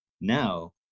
now